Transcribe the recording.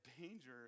danger